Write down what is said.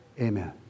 Amen